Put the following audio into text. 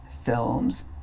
films